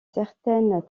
certaines